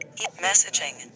Messaging